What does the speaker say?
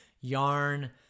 yarn